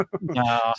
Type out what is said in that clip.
No